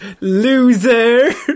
Loser